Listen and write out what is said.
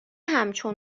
همچون